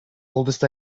oldest